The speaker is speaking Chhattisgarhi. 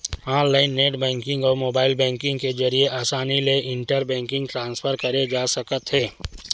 ऑनलाईन नेट बेंकिंग अउ मोबाईल बेंकिंग के जरिए असानी ले इंटर बेंकिंग ट्रांसफर करे जा सकत हे